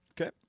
Okay